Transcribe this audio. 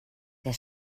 der